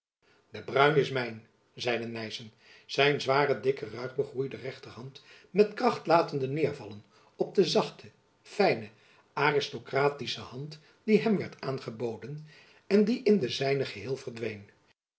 de bruin is mijn zeide nyssen zijn zware dikke ruig begroeide rechterhand met kracht latende neêrvallen op de zachte fijne aristokratische hand die hem werd aangeboden en die in de zijne geheel verdween